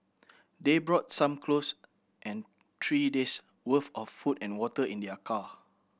they brought some clothes and three days worth of food and water in their car